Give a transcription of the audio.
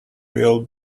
will